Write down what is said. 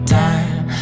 time